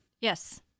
Yes